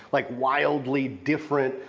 like wildly different,